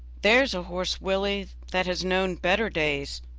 there's a horse, willie, that has known better days.